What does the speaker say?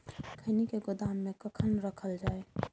खैनी के गोदाम में कखन रखल जाय?